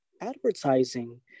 advertising